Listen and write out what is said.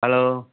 hello